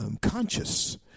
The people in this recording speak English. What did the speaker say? Conscious